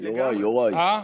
יוראי, יוראי.